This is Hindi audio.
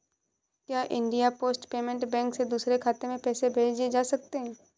क्या इंडिया पोस्ट पेमेंट बैंक से दूसरे खाते में पैसे भेजे जा सकते हैं?